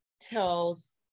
tells